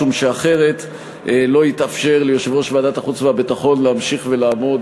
משום שאחרת לא יתאפשר לוועדת החוץ והביטחון להמשיך ולעמוד